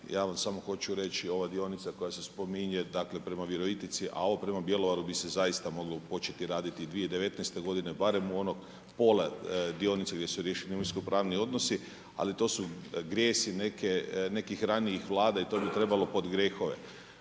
Ja vam samo hoću reći, ova dionica koja se spominje, dakle prema Virovitici, a ovo prema Bjelovaru bi se zaista moglo početi raditi 2019. godine barem u ono, pola dionice gdje su riješeni imovinsko-pravni odnosi, ali to su grijesi nekih ranijih Vlada i to bi trebalo pod grijehove.